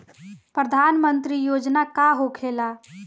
प्रधानमंत्री योजना का होखेला?